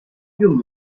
you